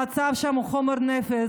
המצב שם הוא חומר נפץ,